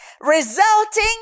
resulting